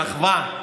על אחווה,